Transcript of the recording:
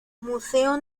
museo